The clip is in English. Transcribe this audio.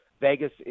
Vegas